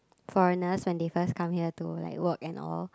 foreigners when they first come here to like work and all